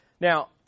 Now